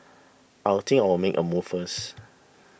I'll think I'll make a move first